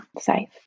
safe